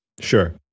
Sure